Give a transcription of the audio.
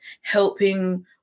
helping